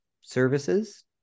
services